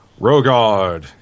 Rogard